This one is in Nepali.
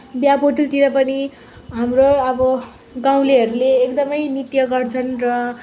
बिहाबटुलतिर पनि हाम्रो अब गाउँलेहरूले एकदमै नृत्य गर्छन् र